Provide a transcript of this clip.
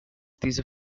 these